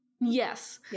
Yes